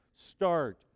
Start